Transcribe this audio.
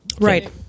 right